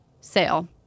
sale